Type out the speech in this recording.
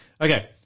Okay